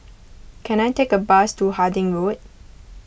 can I take a bus to Harding Road